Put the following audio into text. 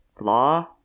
law